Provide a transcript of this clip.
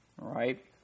Right